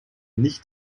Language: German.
nicht